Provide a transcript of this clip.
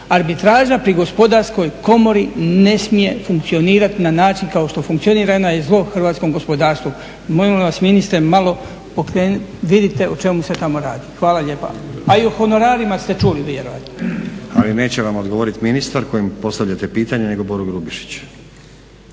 Arbitraža pri gospodarskoj komori ne smije funkcionirati na način kao funkcionira i ona je zlo hrvatskom gospodarstvu. Molim vas ministre vidite o čemu se tamo radi. Hvala lijepa. A o honorarima ste čuli vjerojatno. **Stazić, Nenad (SDP)** Ali neće vam odgovoriti ministar kojem postavljate pitanje nego Boro Grubišić.